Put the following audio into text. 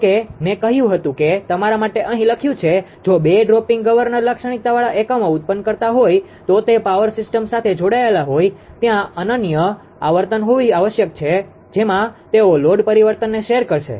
જો કે મેં કહ્યું હતું કે મેં તમારા માટે અહીં લખ્યું છે જો બે ડ્રોપિંગ ગવર્નર લાક્ષણિકતાવાળા એકમો ઉત્પન્ન કરતા હોય તો તે પાવર સિસ્ટમ સાથે જોડાયેલા હોય ત્યાં અનન્ય આવર્તન હોવી આવશ્યક છે જેમાં તેઓ લોડ પરિવર્તનને શેર કરશે